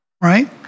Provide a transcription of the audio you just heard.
right